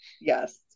Yes